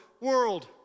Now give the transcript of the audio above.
world